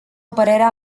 părerea